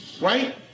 right